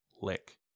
lick